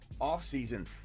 offseason